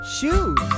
shoes